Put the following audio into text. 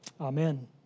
Amen